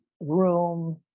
room